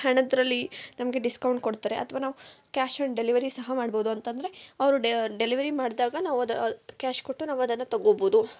ಹಣದಲ್ಲಿ ನಮಗೆ ಡಿಸ್ಕೌಂಟ್ ಕೊಡ್ತಾರೆ ಅಥ್ವಾ ನಾವು ಕ್ಯಾಶ್ ಆನ್ ಡೆಲಿವರಿ ಸಹ ಮಾಡ್ಬೋದು ಅಂತೆಂದ್ರೆ ಅವರು ಡೆಲಿವರಿ ಮಾಡ್ದಾಗ ನಾವು ಅದು ಕ್ಯಾಶ್ ಕೊಟ್ಟು ನಾವದನ್ನು ತೊಗೋಬೋದು